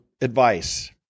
advice